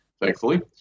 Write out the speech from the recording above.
thankfully